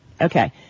Okay